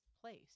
place